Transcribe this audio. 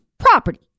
property